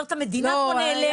המדינה נעלמת פה.